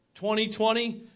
2020